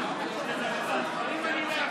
חמד, הוא לא נותן לי.